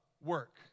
Work